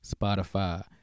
Spotify